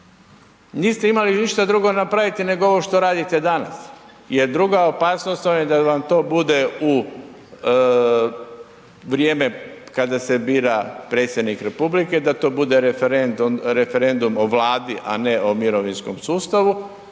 niste imali ništa drugo napraviti nego ovo što radite danas jer druga opasnost je to da vam to bude u vrijeme kada se bira Predsjednik Republike, da to bude referendum o Vladi a ne o mirovinskom sustavu